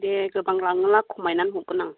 दे गोबां लाङोब्ला खमायनानै हरगोन आं